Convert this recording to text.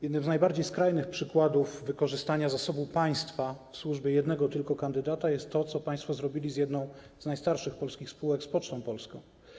Jednym z najbardziej skrajnych przykładów wykorzystania zasobów państwa w służbie jednego tylko kandydata jest to, co państwo zrobili z jedną z najstarszych polskich spółek, z Pocztą Polską.